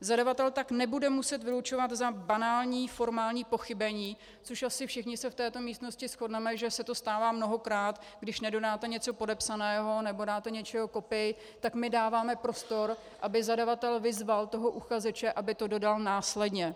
Zadavatel tak nebude muset vylučovat za banální formální pochybení, což asi všichni se v této místnosti shodneme, že se to stává mnohokrát, když nedodáte něco podepsaného nebo dáte něčeho kopii, tak my dáváme prostor, aby zadavatel vyzval uchazeče, aby to dodal následně.